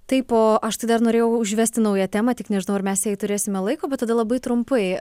taip o aš tai dar norėjau užvesti naują temą tik nežinau ar mes jai turėsime laiko bet tada labai trumpai